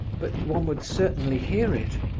but one would certainly hear it.